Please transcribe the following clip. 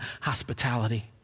hospitality